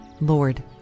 Lord